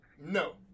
No